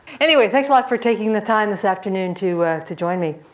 anyway, thanks a lot for taking the time this afternoon to to join me.